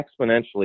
exponentially